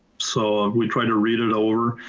so we tried to read it over.